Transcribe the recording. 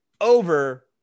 over